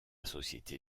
société